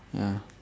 ya